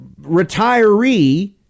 retiree